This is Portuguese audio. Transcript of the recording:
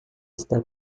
está